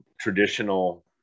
traditional